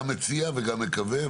גם מציע וגם מקווה,